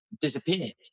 disappeared